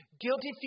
Guilty